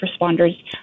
responders